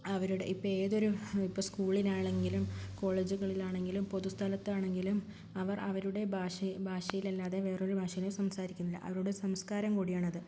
അവരുടെ ഇപ്പോൾ ഏതൊരു ഇപ്പോൾ സ്കൂളിലാണെങ്കിലും കോളേജുകളിൽ ആണെങ്കിലും പൊതുസ്ഥലത് ആണെങ്കിലും അവർ അവരുടെ ഭാഷയിൽ അല്ലാതെ വേറൊരു ഭാഷയിലും സംസാരിക്കുന്നില്ല അവരുടെ സംസ്കാരം കൂടിയാണത്